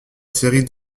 série